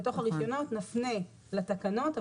בתוך הרישיונות נפנה לתקנות,